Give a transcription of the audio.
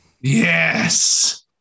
Yes